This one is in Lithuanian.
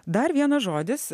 dar vienas žodis